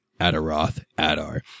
Adaroth-Adar